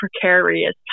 precarious